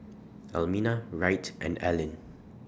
Almina Wright and Allyn